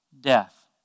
Death